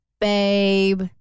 babe